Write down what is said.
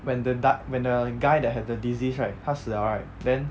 when the di~ when the guy that had the disease right 他死了 right